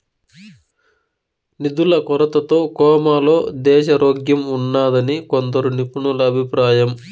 నిధుల కొరతతో కోమాలో దేశారోగ్యంఉన్నాదని కొందరు నిపుణుల అభిప్రాయం